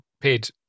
paid